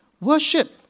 Worship